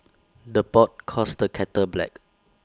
the pot calls the kettle black